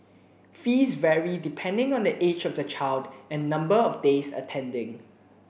fees vary depending on the age of the child and number of days attending